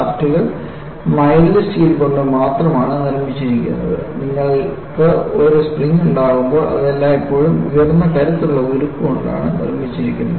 ഷാഫ്റ്റുകൾ mild steel കൊണ്ട് മാത്രമാണ് നിർമ്മിച്ചിരിക്കുന്നത് നിങ്ങൾക്ക് ഒരു സ്പ്രിംഗ് ഉണ്ടാകുമ്പോൾ അത് എല്ലായ്പ്പോഴും ഉയർന്ന കരുത്തുള്ള ഉരുക്ക് കൊണ്ടാണ് നിർമ്മിച്ചിരിക്കുന്നത്